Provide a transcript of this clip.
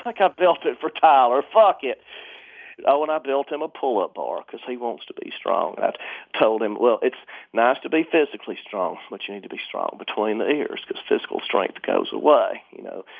like ah built it for tyler. fuck it oh, and i built him a pull-up bar, because he wants to be strong. i told him, well, it's nice to be physically strong, but you need to be strong between the ears, because physical strength goes away. you know,